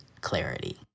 clarity